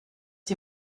die